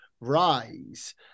rise